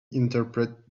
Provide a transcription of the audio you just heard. interpret